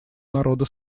народа